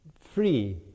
free